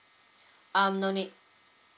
um no need